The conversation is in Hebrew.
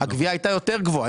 הגבייה הייתה יותר גבוהה.